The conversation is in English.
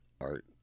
art